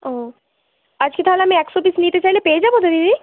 ও আজকে তাহলে আমি একশো পিস নিতে চাইলে পেয়ে যাবো তো দিদি